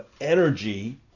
energy